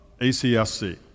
ACSC